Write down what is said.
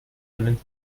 einen